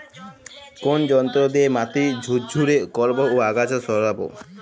কোন যন্ত্র দিয়ে মাটি ঝুরঝুরে করব ও আগাছা সরাবো?